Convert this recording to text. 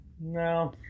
no